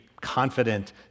confident